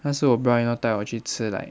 那时后 brian 带我去吃 like